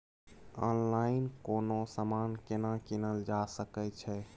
Online कोनो समान केना कीनल जा सकै छै?